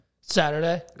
Saturday